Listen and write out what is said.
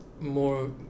more